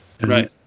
Right